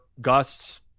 gusts –